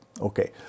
Okay